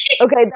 Okay